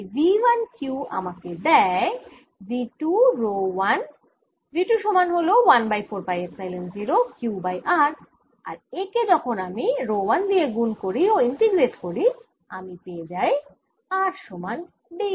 তাই V 1 q আমাকে দেয় V 2 রো 1 V 2 সমান হল 1 বাই 4 পাই এপসাইলন 0 q বাই r আর একে যখন আমি রো 1 দিয়ে গুণ করি ও ইন্টিগ্রেট করি আমি পেয়ে যাই r সমান d